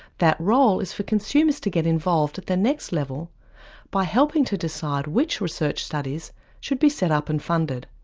that role is for consumers to get involved at the next level by helping to decide which research studies should be set up and funded.